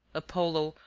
apollo,